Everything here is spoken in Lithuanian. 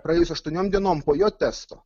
praėjus aštuoniom dienom po jo testo